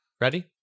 ready